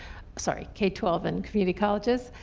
sorry, k twelve, and community colleges.